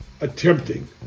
attempting